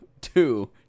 Two